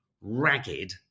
ragged